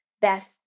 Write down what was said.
best